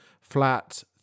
flat